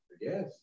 Yes